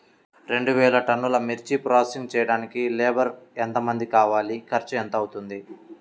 రెండు వేలు టన్నుల మిర్చి ప్రోసెసింగ్ చేయడానికి లేబర్ ఎంతమంది కావాలి, ఖర్చు ఎంత అవుతుంది?